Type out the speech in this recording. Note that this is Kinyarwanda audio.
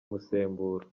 umusemburo